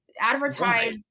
advertise